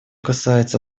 касается